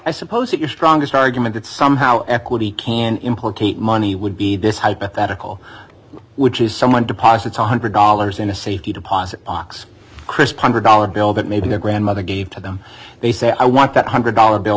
i suppose your strongest argument that somehow equity can implicate money would be this hypothetical which is someone deposits one hundred dollars in a safety deposit box crisp one hundred dollars bill that maybe the grandmother gave to them they say i want that one hundred dollars bill